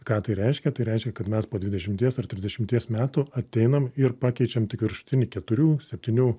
ką tai reiškia tai reiškia kad mes po dvidešimties ar trisdešimties metų ateinam ir pakeičiam tik viršutinį keturių septynių